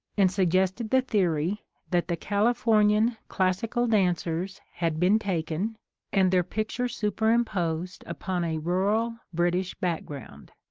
and suggested the theory that the califor nian classical dancers had been taken and their picture superimposed upon a rural british background.